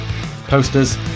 posters